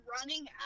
running